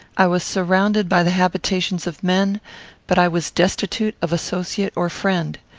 i was surrounded by the habitations of men but i was destitute of associate or friend.